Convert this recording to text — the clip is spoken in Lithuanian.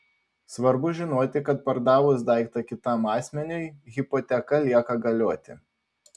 svarbu žinoti kad pardavus daiktą kitam asmeniui hipoteka lieka galioti